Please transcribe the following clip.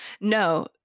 no